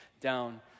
down